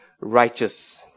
righteous